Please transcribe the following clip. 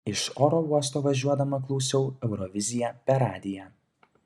iš oro uosto važiuodama klausiau euroviziją per radiją